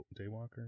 daywalker